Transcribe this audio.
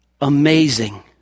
Amazing